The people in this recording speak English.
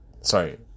Sorry